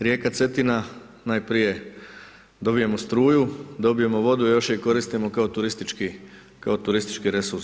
Rijeka Cetina najprije dobijemo struju, dobijemo vodu i još je koristimo kao turistički resurs.